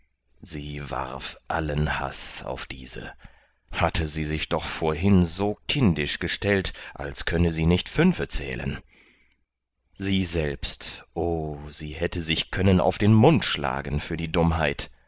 sie warf allen haß auf diese hatte sie sich doch vorhin so kindisch gestellt als könnte sie nicht fünfe zählen sie selbst o sie hätte sich können auf den mund schlagen für die